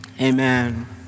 Amen